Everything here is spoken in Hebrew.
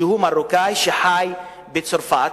שהוא מרוקני שחי בצרפת,